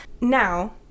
Now